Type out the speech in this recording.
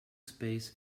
space